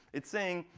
it's saying,